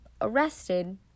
arrested